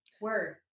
Word